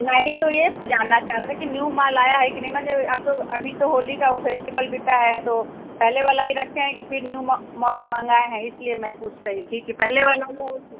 नही तो ये जानना चाह रहे थे कि न्यू माल आया है कि नहीं मन जावे आप लोग अभी तो होली का वो फेस्टिवल बीता है तो पहले वाला ही रखे हैं कि फिर न्यू माल मँगाएँ हैं इसलिए मैं पूछ रही थी कि पहले वाला वो है कि